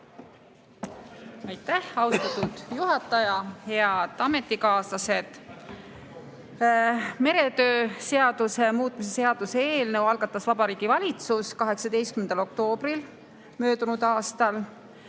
Aitäh, austatud juhataja! Head ametikaaslased! Meretöö seaduse muutmise seaduse eelnõu algatas Vabariigi Valitsus 18. oktoobril möödunud aastal.